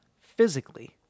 physically